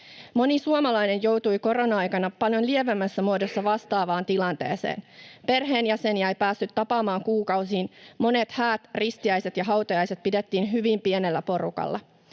Moni suomalainen joutui korona-aikana paljon lievemmässä muodossa vastaavaan tilanteeseen. Perheenjäseniä ei päässyt tapaamaan kuukausiin, monet häät, ristiäiset ja hautajaiset pidettiin hyvin pienellä porukalla.